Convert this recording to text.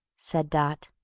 said dot,